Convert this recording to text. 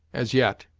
as yet,